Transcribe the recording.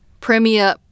Premier